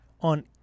on